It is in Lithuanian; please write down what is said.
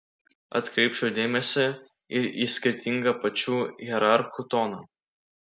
atkreipčiau dėmesį ir į skirtingą pačių hierarchų toną